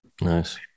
Nice